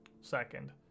second